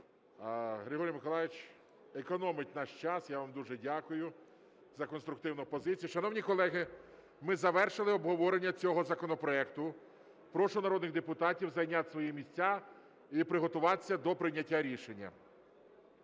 Григорій Миколайович. Економить наш час, я вам дуже дякую за конструктивну позицію. Шановні колеги, ми завершили обговорення цього законопроекту. Прошу народних депутатів зайняти свої місця і приготуватися до прийняття рішення.